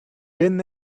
been